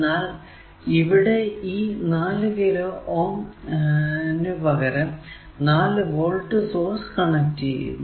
എന്നാൽ ഇവിടെ ഈ 4 കിലോ Ω നു പകരം 4 വോൾട് സോഴ്സ് കണക്ട് ചെയ്യുന്നു